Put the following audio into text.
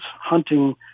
hunting